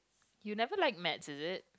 you never like maths is it